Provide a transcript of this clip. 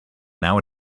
now